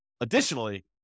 additionally